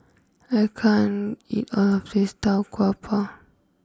I can't eat all of this Tau Kwa Pau